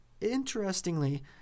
Interestingly